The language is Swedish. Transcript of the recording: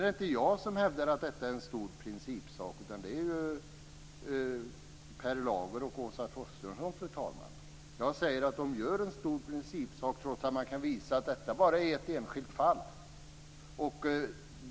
Det är för det andra inte jag utan Per Lager och Åsa Torstensson som hävdar att detta är en stor principsak. Jag säger att de gör en stor principsak av detta trots att man kan visa att det bara finns ett enskilt fall.